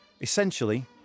Essentially